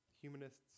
Humanists